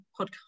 podcast